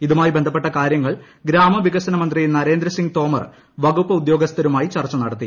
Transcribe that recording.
ഇതുമായി ബന്ധപ്പെട്ട കാര്യങ്ങൾ ഗ്രാമവികസന മന്ത്രി നരേന്ദ്ര സ്ട്രിംഗ് തോമർ വകുപ്പ് ഉദ്യോഗസ്ഥരുമായി ചർച്ച നടത്തി